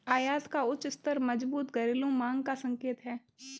आयात का उच्च स्तर मजबूत घरेलू मांग का संकेत है